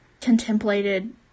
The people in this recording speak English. contemplated